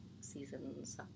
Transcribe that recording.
seasons